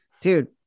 Dude